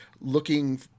looking